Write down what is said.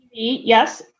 Yes